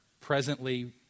presently